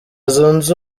zunze